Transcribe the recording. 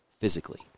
physically